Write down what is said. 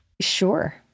Sure